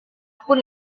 pun